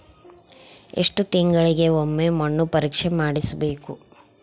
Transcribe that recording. ಎಷ್ಟು ತಿಂಗಳಿಗೆ ಒಮ್ಮೆ ಮಣ್ಣು ಪರೇಕ್ಷೆ ಮಾಡಿಸಬೇಕು?